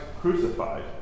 crucified